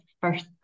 first